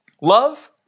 Love